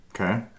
Okay